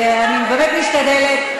ואני באמת משתדלת.